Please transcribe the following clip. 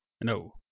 No